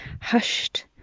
hushed